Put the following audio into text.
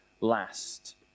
last